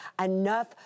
enough